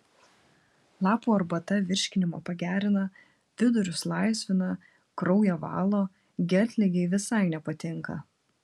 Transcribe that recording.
lapų arbata virškinimą pagerina vidurius laisvina kraują valo geltligei visai nepatinka